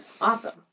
awesome